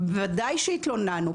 ודאי שהתלוננו.